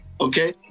okay